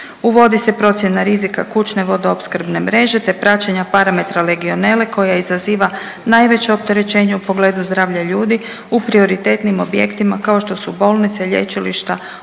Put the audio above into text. Uvodi se procjena rizika kućne vodoopskrbne mreže te praćenje parametra legionele koja izaziva najveće opterećenje u pogledu zdravlja ljudi u prioritetnim objektima kao što su bolnice, lječilišta,